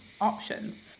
options